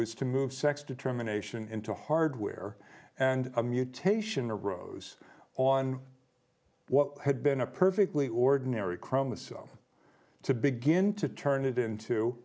was to move sex determination into hardware and a mutation a rose on what had been a perfectly ordinary chromosome to begin to turn it into